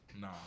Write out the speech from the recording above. Nah